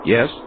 Yes